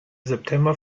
september